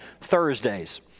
Thursdays